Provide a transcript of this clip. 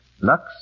Lux